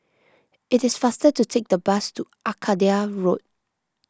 it is faster to take the bus to Arcadia Road